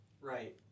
right